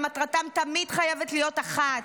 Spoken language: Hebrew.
אבל מטרתם תמיד חייבת להיות אחת: